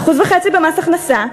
1.5% במס הכנסה,